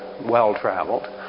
well-traveled